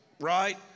right